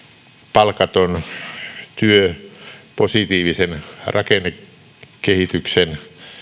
palkaton työ positiivisen rakennekehityksen